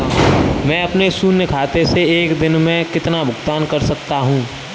मैं अपने शून्य खाते से एक दिन में कितना भुगतान कर सकता हूँ?